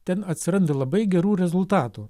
ten atsiranda labai gerų rezultatų